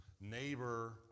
neighbor